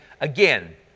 again